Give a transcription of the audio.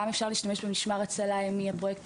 גם אפשר להשתמש במשמר הצלה ימי הפרויקט